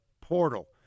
portal